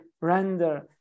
render